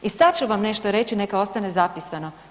I sad ću vam nešto reći neka ostane zapisano.